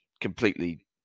completely